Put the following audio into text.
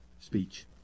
speech